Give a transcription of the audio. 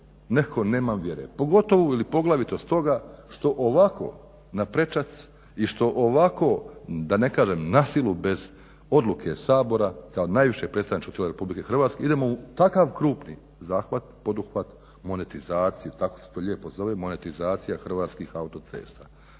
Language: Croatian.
nekako nemam vjere, pogotovo ili poglavito stoga što ovako na prečac i što ovako da ne kažem na silu bez odluke Sabora, kao najvišeg predstavničkog tijela Republike Hrvatske idemo u takav krupni zahvat, poduhvat, monetizaciju, kako se to lijepo zove monetizacija Hrvatskih autocesta,